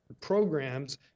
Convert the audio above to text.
programs